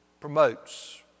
promotes